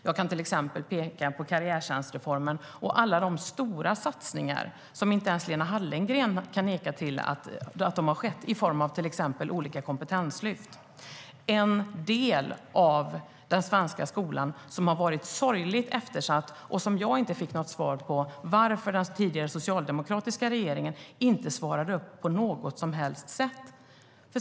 Jag kan till exempel peka på karriärtjänstreformen och alla andra stora satsningar i form av till exempel olika kompetenslyft. Inte ens Lena Hallengren kan neka till att dessa satsningar har gjorts. Detta är en del av den svenska skolan som har varit sorgligt eftersatt. Jag fick inte något svar på varför den tidigare socialdemokratiska regeringen inte svarade upp till det på något som helst sätt.